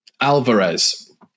Alvarez